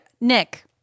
Nick